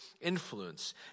influence